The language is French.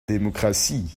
démocratie